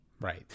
Right